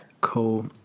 Cool